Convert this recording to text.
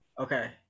Okay